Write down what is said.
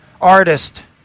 artist